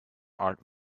art